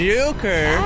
Joker